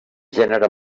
gènere